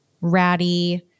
ratty